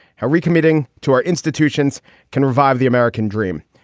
how recommitting to our institutions can revive the american dream.